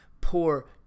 poor